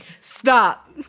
Stop